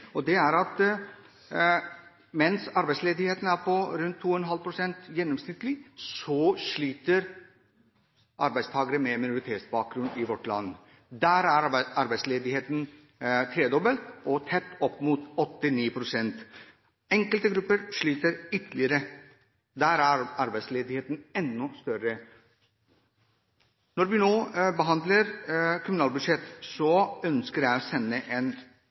Mens arbeidsledigheten er på gjennomsnittlig rundt 2,5 pst., sliter arbeidstakere med minoritetsbakgrunn i vårt land. Der er arbeidsledigheten tredobbel og tett opp mot 8–9 pst. Enkelte grupper sliter ytterligere. Der er arbeidsledigheten enda større. Når vi nå behandler kommunalbudsjettet, ønsker jeg å sende en